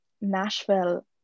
Nashville